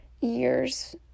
years